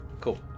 Cool